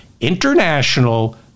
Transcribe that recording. International